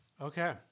Okay